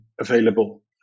available